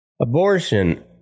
abortion